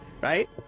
right